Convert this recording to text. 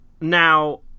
Now